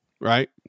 Right